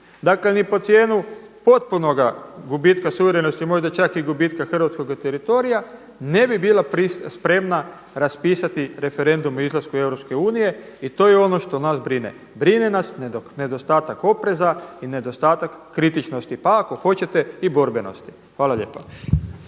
dakle, ni pod cijenu potpunoga gubitka suverenosti, možda čak i gubitka hrvatskoga teritorija ne bi bila spremna raspisati referendum o izlasku iz Europske unije i to je ono što nas brine. Brine nas nedostatak opreza i nedostatak kritičnosti, pa ako hoćete i borbenosti. Hvala lijepa.